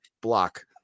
block